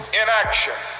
inaction